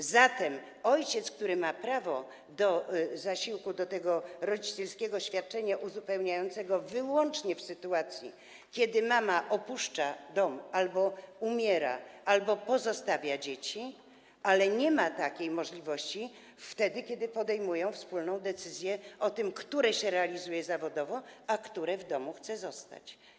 A zatem ojciec ma prawo do zasiłku, do tego rodzicielskiego świadczenia uzupełniającego wyłącznie w sytuacji, kiedy mama opuszcza dom albo umiera, albo pozostawia dzieci, ale nie ma takiej możliwości wtedy, kiedy podejmują wspólną decyzję o tym, które się realizuje zawodowo, a które chce zostać w domu.